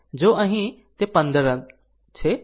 જો અહીં તે 15 છે તો અહીં પણ 15 છે